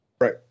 right